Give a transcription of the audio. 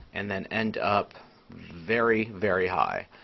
and then end up very, very high.